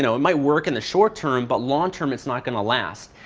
so it might work in the short-term, but long-term it's not going to last.